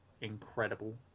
incredible